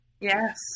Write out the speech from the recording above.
Yes